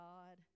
God